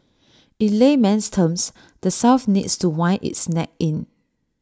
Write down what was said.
in layman's terms the south needs to wind its neck in